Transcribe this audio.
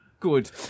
Good